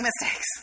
mistakes